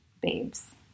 babes